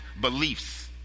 beliefs